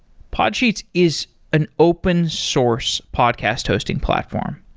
podsheets is an open source podcast hosting platform,